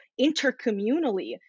intercommunally